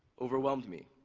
overwhelmed me.